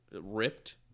ripped